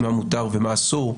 מה מותר ומה אסור.